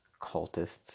cultists